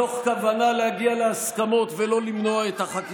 מתוך כוונה להגיע להסכמות ולא למנוע את החקיקה.